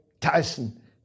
Tyson